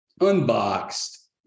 unboxed